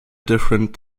different